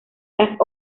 las